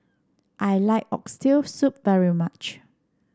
I like Oxtail Soup very much